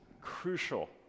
crucial